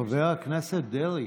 חבר הכנסת דרעי.